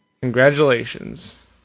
Congratulations